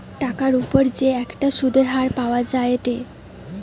টাকার উপর যে একটা সুধের হার পাওয়া যায়েটে